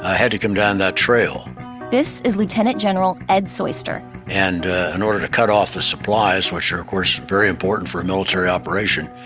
ah had to come down that trail this is lieutenant general ed soyster and in order to cut off the supplies, which are of course very important for a military operation,